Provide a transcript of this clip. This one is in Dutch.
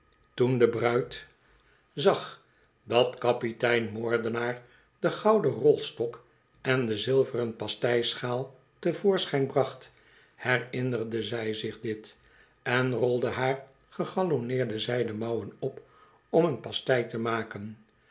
toen de bruid zag dat kapitein moordenaar den gouden rolstok en de zilveren pastei schaal te voorschijn bracht herinnerde zij zich dit en rolde haar gegalonneerde zijden mouwen op om een pastei te maken